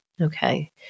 Okay